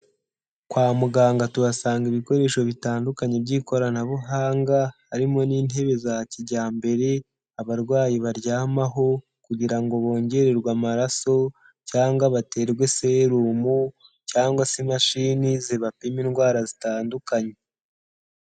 Kwa muganga tuhasanga ibikoresho bitandukanye by'ikoranabuhanga, harimo n'intebe za kijyambere abarwayi baryamaho kugira ngo bongererwe amaraso cyangwa baterwe serumu cyangwa se imashini zibapima indwara zitandukanye.